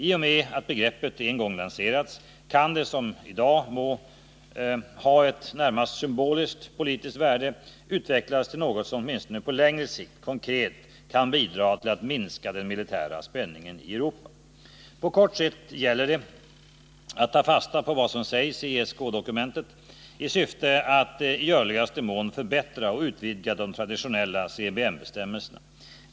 I och med att begreppet en gång lanserats kan det som i dag må ha ett närmast symboliskt, politiskt värde utvecklas till något som åtminstone på längre sikt konkret kan bidra till att minska den militära spänningen i Europa. På kort sikt gäller det att ta fasta på vad som sägs i ESK-dokumentet i syfte att i görligaste mån förbättra och utvidga de traditionella CBM-bestämmelserna.